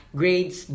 grades